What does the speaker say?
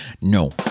No